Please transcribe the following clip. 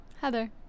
Heather